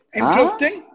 interesting